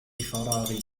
فراغي